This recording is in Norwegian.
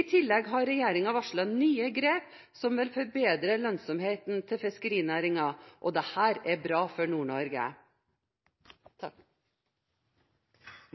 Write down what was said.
I tillegg har regjeringen varslet nye grep som vil forbedre lønnsomheten til fiskerinæringen, og dette er bra for Nord-Norge.